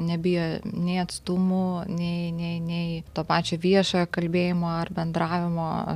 nebijo nei atstumų nei nei nei to pačio viešojo kalbėjimo ar bendravimo